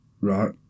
Right